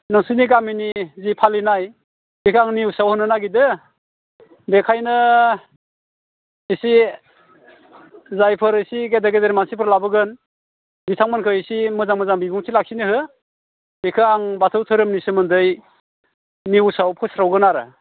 नोंसिनि गामिनि जि फालिनाय बेखौ आं निउसाव होनो नागिरदों बेखायनो इसे जायफोर इसे गेदेर गेदेर मानसिफोर लाबोगोन बिथांमोनखौ इसे मोजां मोजां बिबुंथि लाखिनो हो बेखौ आं बाथौ धोरोमनि सोमोन्दै निउसाव फोसावगोन आरो